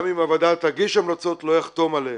גם אם הוועדה תגיש המלצות, לא אחתום עליה